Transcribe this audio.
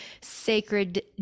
sacred